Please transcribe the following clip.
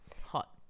Hot